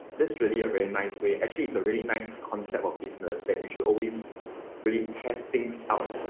that's really a very nice way actually is a really nice concept of business that you should always really test things out